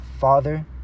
Father